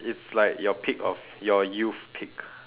it's like your peak of your youth peak